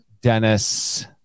Dennis